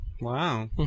Wow